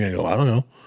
to go, i don't know.